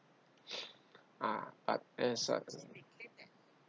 ah but